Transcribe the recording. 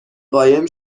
قایم